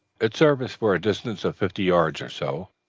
its surface for a distance of fifty yards or so,